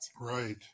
Right